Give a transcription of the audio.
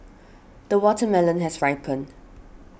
the watermelon has ripened